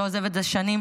שלא עוזב את זה שנים,